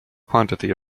quantity